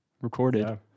recorded